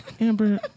Amber